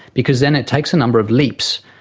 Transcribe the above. because then it takes a number of leaps,